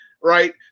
right